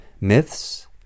myths